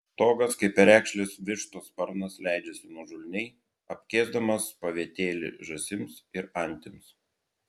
stogas kaip perekšlės vištos sparnas leidžiasi nuožulniai apkėsdamas pavietėlį žąsims ir antims